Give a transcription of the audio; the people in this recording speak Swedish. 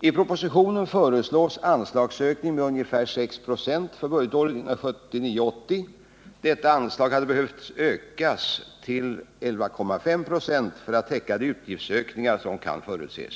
I propositionen föreslås anslagsökning med ungefär 6 96 för budgetåret 1979/80. Detta anslag hade behövt ökas till 11,5 96 för att täcka de utgiftsökningar som kan förutses.